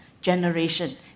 generation